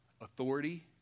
Authority